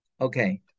Okay